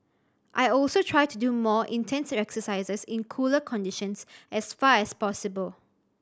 I also try to do my more intense exercises in cooler conditions as far as possible